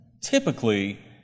typically